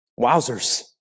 Wowzers